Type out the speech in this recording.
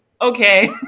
Okay